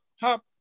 hop